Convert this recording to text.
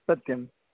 सत्यम्